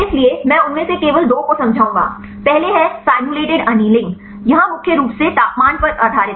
इसलिए मैं उनमें से केवल दो को समझाऊंगा पहले है सिमुलेटेड अन्नीलिंग यहाँ मुख्य रूप से तापमान पर आधारित है